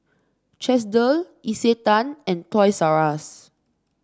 Chesdale Isetan and Toys R Us